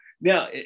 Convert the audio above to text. now